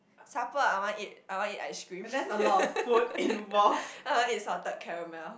supper I want eat I want eat ice cream I want eat salted caramel